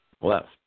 left